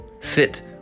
fit